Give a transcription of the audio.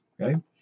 Okay